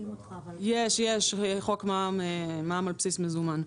יש חוק מע"מ על בסיס מזומן.